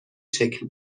شکل